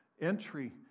entry